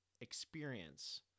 experience